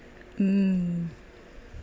mm